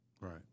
Right